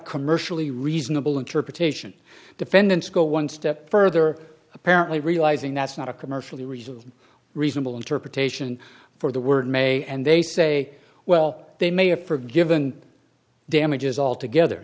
commercially reasonable interpretation defendants go one step further apparently realising that's not a commercially reasonable reasonable interpretation for the word may and they say well they may have forgiven damages altogether